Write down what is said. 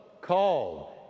called